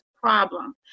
problem